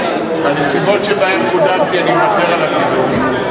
בנסיבות שבהן קודמתי אני מוותר על הקידום.